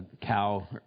cow